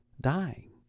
dying